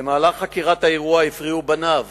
במהלך חקירת האירוע הפריעו בניו